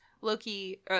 Loki –